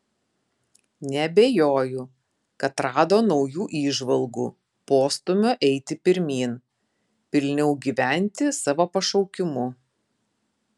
neabejoju kad rado naujų įžvalgų postūmio eiti pirmyn pilniau gyventi savo pašaukimu